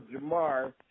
Jamar